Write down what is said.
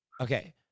Okay